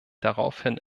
daraufhin